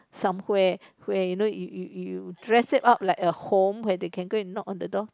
somewhere where you know you you you dress it up like a home where you can go and knock on the door